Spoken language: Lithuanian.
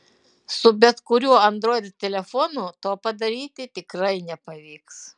su bet kuriuo android telefonu to padaryti tikrai nepavyks